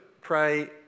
pray